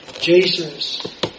Jesus